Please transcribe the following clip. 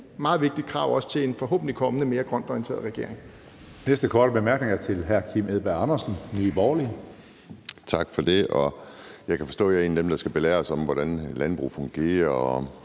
være et meget vigtigt krav, også til en forhåbentlig kommende mere grønt orienteret regering.